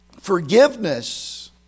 Forgiveness